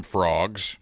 Frogs